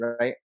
right